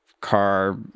car